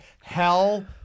hell